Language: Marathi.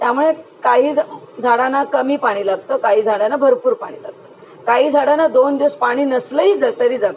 त्यामुळे काही झ झाडांना कमी पाणी लागतं काही झाडांना भरपूर पाणी लागतं काही झाडांना दोन दिवस पाणी नसलंही ज तरी जगतात